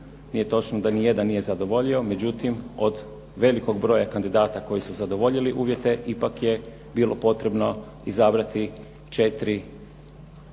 Nije točno da ni jedan nije zadovoljio. Međutim, od velikog broja kandidata koji su zadovoljili uvjete ipak je bilo potrebno izabrati četiri, dakle